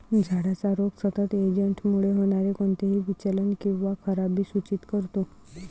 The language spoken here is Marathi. झाडाचा रोग सतत एजंटमुळे होणारे कोणतेही विचलन किंवा खराबी सूचित करतो